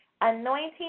anointing